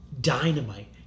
dynamite